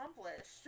accomplished